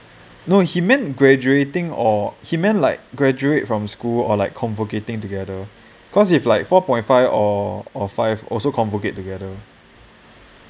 no he meant graduating or he meant like graduate from school or like convocating together cause if like four point five or five also convocate together